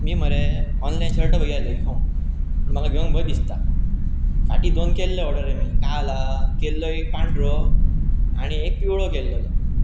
मी मरे online shirt बघी आसले घेवंक पूण म्हाका घेवंक भंय दिसता फाटी दोन केल्ले ऑर्डर रे मी काय जालां केल्लो एक पांढरो आनी एक पिवळो केल्लोलो